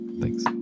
thanks